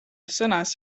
sõnas